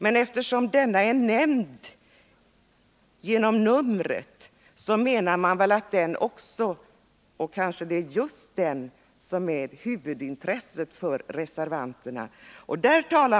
Men eftersom motionens nummer nämns i reservationen är väl motionen i fråga — kanske gäller det mer än beträffande motion 830 — ett huvudintresse för reservanterna.